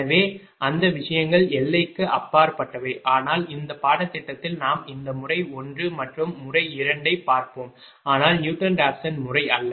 எனவே அந்த விஷயங்கள் எல்லைக்கு அப்பாற்பட்டவை ஆனால் இந்த பாடத்திட்டத்தில் நாம் இந்த முறை 1 மற்றும் முறை 2 ஐ பார்ப்போம் ஆனால் நியூட்டன் ராஃப்சன் முறை அல்ல